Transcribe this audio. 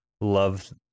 love